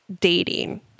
dating